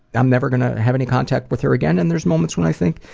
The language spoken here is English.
i'm never going to have any contact with her again and there's moments when i think,